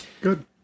good